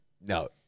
No